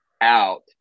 out